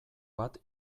bat